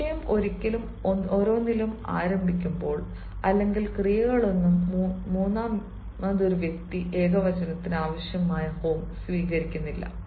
വിഷയം ഓരോന്നിലും ആരംഭിക്കുമ്പോൾ അല്ലെങ്കിൽ ക്രിയകളൊന്നും മൂന്നാം വ്യക്തി ഏകവചനത്തിന് ആവശ്യമായ ഫോം സ്വീകരിക്കില്ല